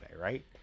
Right